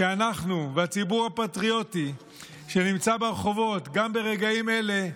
כי אנחנו והציבור הפטריוטי שנמצא ברחובות גם ברגעים אלה,